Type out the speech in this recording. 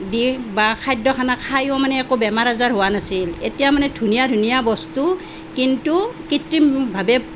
দি বা খাদ্য খানা খায়ো মানে একো বেমাৰ আজাৰ হোৱা নাছিল এতিয়া মানে ধুনীয়া ধুনীয়া বস্তু কিন্তু কৃত্ৰিমভাৱে